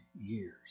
years